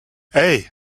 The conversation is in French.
hey